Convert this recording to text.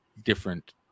different